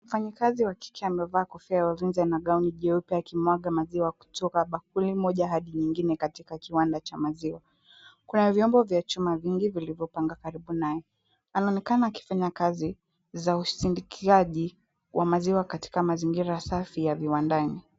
Mfanyakazi wa kike amevaa kofia ya wanafunzi na gauni jeupe akimwaga maziwa kutoka bakuli moja hadi nyingine katika kiwanda cha maziwa. Kuna vyombo vya chuma vingi vilivyopangwa karibu naye. Anaonekana akifanya kazi za usindikaji wa maziwa katika mazingira safi ya viwandani.